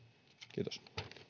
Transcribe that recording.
kiitos